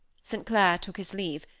st. clair took his leave,